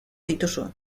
dituzu